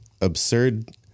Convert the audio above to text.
absurd